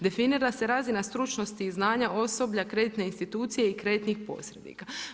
Definira se razina stručnost i znanja osoblja, kreditne institucije i kreditnih posrednika.